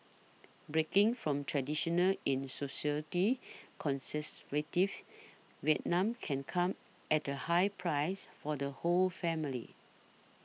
breaking from traditional in socialites conservative Vietnam can come at the high price for the whole family